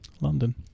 London